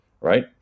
right